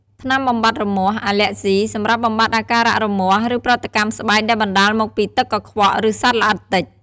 ថ្នាំបំបាត់រមាស់ អាលែកហ្ស៊ី សម្រាប់បំបាត់អាការៈរមាស់ ឬប្រតិកម្មស្បែកដែលបណ្តាលមកពីទឹកកខ្វក់ ឬសត្វល្អិតទិច។